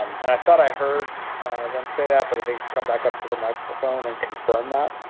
and i thought i heard them say that, but if they come back up to the microphone and confirm that?